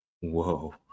Whoa